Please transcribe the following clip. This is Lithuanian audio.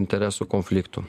interesų konfliktų